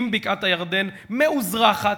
עם בקעת-הירדן מאוזרחת,